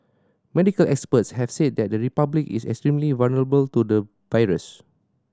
medical experts have said that the Republic is extremely vulnerable to the virus